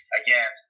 again